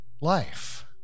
life